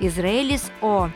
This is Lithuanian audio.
izraelis o